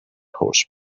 horse